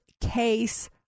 case